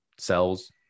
cells